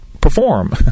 perform